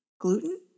gluten